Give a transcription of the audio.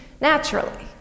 naturally